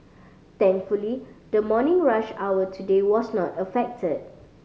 thankfully the morning rush hour today was not affected